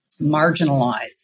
marginalized